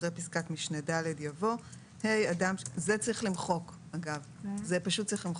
אחרי פסקת משנה (ד) יבוא: "(ה)אדם שקיבל תוצאה שלילית